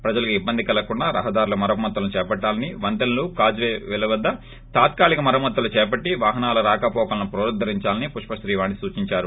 ప్రజలకు ఇబ్బంది కలగకుండా రహదారుల మరమ్మత్తులను చేపట్టాలని వంతెనలు కాజ్ పేలవద్గ తాత్కాలిక మరమ్మత్తులు చేపట్లి వాహనాల రాకహోకలను పునరుద్దరించాలని పుష్ప శ్రీవాణి సూచించారు